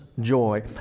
joy